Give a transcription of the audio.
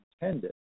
intended